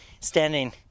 standing